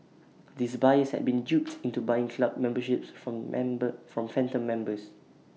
these buyers had been duped into buying club memberships from member from phantom members